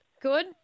Good